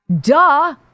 Duh